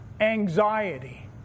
anxiety